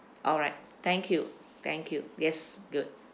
alright thank you thank you yes good